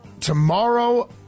Tomorrow